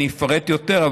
אני אפרט יותר.